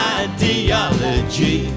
ideology